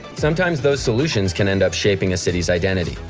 sometimes those solutions can end up shaping a city's identity.